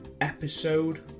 episode